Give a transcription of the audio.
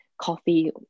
coffee